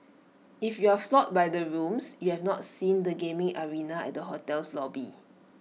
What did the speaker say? if you're floored by the rooms you have not seen the gaming arena at the hotel's lobby